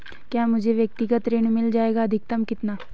क्या मुझे व्यक्तिगत ऋण मिल जायेगा अधिकतम कितना?